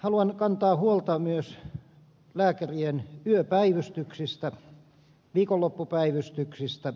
haluan kantaa huolta myös lääkärien yöpäivystyksistä ja viikonloppupäivystyksistä